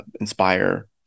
inspire